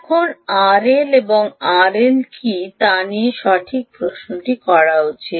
এখন আরএল 1 এবং আরএল 2 কী তা প্রশ্নটি সঠিক